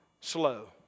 slow